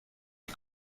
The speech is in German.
die